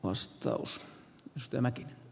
arvoisa herra puhemies